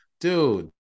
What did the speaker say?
Dude